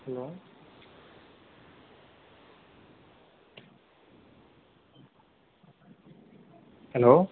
hello hello